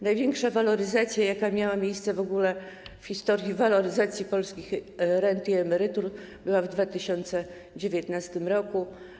Największa waloryzacja, jaka miała miejsce w ogóle w historii waloryzacji polskich rent i emerytur, była w 2019 r.